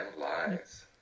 lies